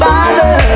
Father